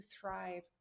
thrive